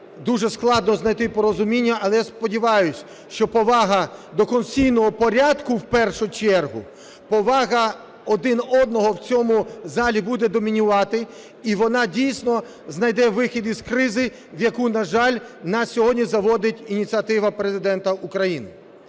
дуже складно знайти порозуміння. Але я сподіваюся, що повага до конституційного порядку в першу чергу, повага один одного в цьому залі буде домінувати, і вона дійсно знайде вихід із кризи, в яку, на жаль, нас сьогодні заводить ініціатива Президента України.